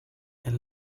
and